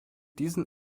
diesen